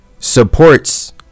supports